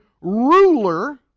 ruler